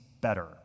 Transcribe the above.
better